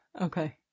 Okay